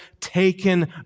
taken